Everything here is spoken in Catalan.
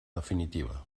definitiva